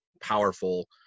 powerful